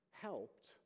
helped